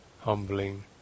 humbling